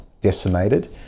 decimated